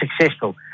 successful